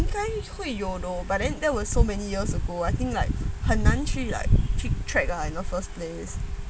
应该会有 though but then that was so many years ago I think like 很难去 like keep track ah in the first place